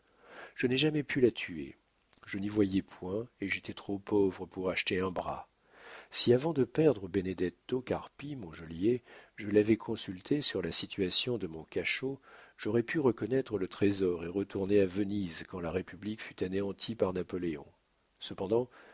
je n'ai jamais pu la tuer je n'y voyais point et j'étais trop pauvre pour acheter un bras si avant de perdre benedetto carpi mon geôlier je l'avais consulté sur la situation de mon cachot j'aurais pu reconnaître le trésor et retourner à venise quand la république fut anéantie par napoléon cependant